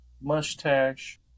mustache